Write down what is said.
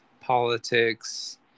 politics